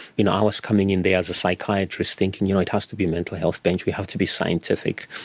you know i was coming in there as a psychiatrist thinking you know it has to be mental health bench, we have to be scientific.